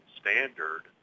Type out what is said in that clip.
standard